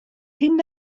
hyn